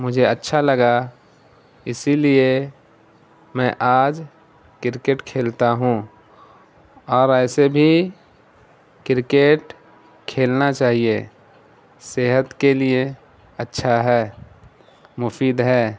مجھے اچھا لگا اسی لیے میں آج کرکٹ کھیلتا ہوں اور ایسے بھی کرکٹ کھیلنا چاہیے صحت کے لیے اچھا ہے مفید ہے